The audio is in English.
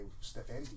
Stephanie